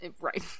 Right